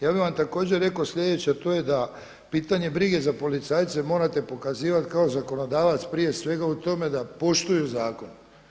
Ja bih vam također rekao sljedeće, a to je da pitanje brige za policajce morate pokazivati kao zakonodavac prije svega u tome da poštuju zakon.